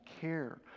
care